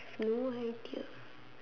lower high tier